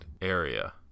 area